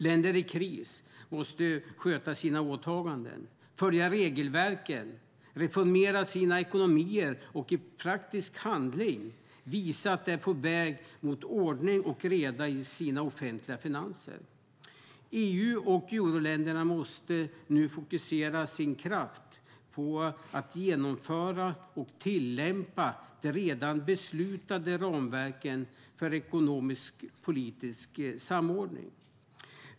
Länder i kris måste sköta sina åtaganden, följa regelverken, reformera sina ekonomier och i praktisk handling visa att de är på väg mot ordning och reda i sina offentliga finanser. EU och euroländerna måste fokusera sin kraft på att genomföra och tillämpa de redan beslutade ramverken för ekonomisk-politisk samordning.